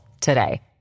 today